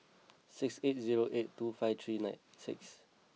six eight zero eight two five three nine six